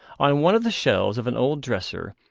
on one of the shelves of an old dresser,